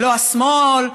לא השמאל,